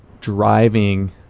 driving